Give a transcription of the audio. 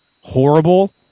horrible